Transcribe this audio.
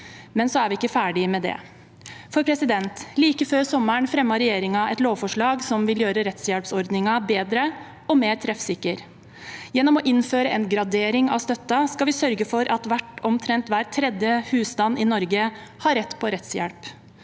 Men så er vi ikke ferdige med det. Like før sommeren fremmet regjeringen et lovforslag som vil gjøre rettshjelpsordningen bedre og mer treffsikker. Gjennom å innføre en gradering av støtten skal vi sørge for at omtrent hver tredje husstand i Norge har rett på rettshjelp.